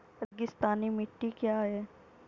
रेगिस्तानी मिट्टी क्या है?